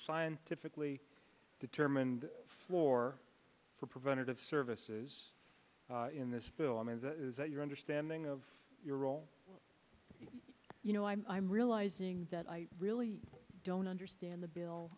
scientifically determined floor for preventative services in this bill i mean your understanding of your role you know i'm realizing that i really don't understand the bill